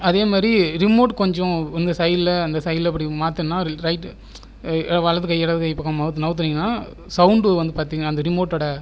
அதே மாதிரி ரிமோட் கொஞ்சம் இந்த சைடில் அந்த சைடில் இப்படி மாற்றினோம்னா வில் ரைட்டு வலது கை இடது கை பக்கம் நவுத் நகத்துனீங்கன்னா சவுண்டு வந்து பார்த்தீங்கனா அந்த ரிமோட்டோடய